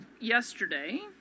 yesterday